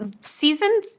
season